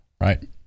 right